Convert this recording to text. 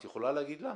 את יכולה להגיד לנו?